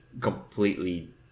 completely